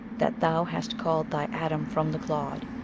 that thou hast called thy adam from the clod!